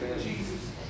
Jesus